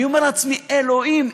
אני אומר לעצמי: אלוהים,